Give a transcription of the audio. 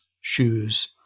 shoes